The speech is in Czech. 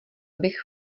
bych